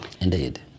indeed